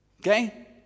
okay